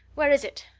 where is it!